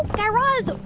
guy raz,